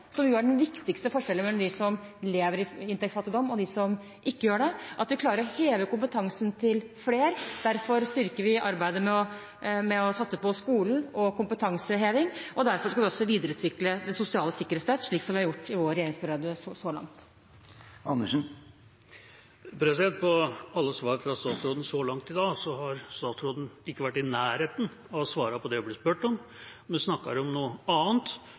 som jo er den viktigste forskjellen mellom dem som lever i inntektsfattigdom, og dem som ikke gjør det, og at vi klarer å heve kompetansen til flere. Derfor styrker vi arbeidet med å satse på skolen og på kompetanseheving. Derfor skal vi også videreutvikle det sosiale sikkerhetsnettet, som vi har gjort i vår regjeringsperiode så langt. I alle svar fra statsråden så langt i dag har statsråden ikke vært i nærheten av å svare på det hun blir spurt om, men snakker om noe annet,